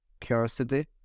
curiosity